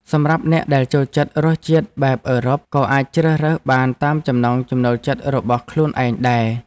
សម្រាប់អ្នកដែលចូលចិត្តរសជាតិបែបអឺរ៉ុបក៏អាចជ្រើសរើសបានតាមចំណង់ចំណូលចិត្តរបស់ខ្លួនឯងដែរ។